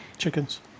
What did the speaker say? chickens